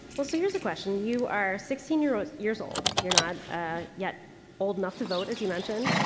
well, so, here's a question. you are sixteen year old, years old you're not yet old enough to vote as you mentioned.